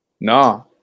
No